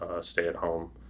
stay-at-home